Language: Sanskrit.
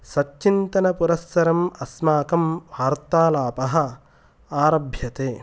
सच्चिन्तनपुरस्सरम् अस्माकं वार्तालापः आरभ्यते